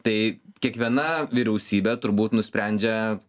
tai kiekviena vyriausybė turbūt nusprendžia